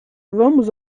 vamos